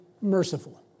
merciful